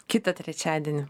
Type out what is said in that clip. kitą trečiadienį